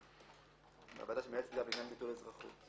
מתי שר הפנים פנה לשרת המשפטים,